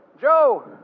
Joe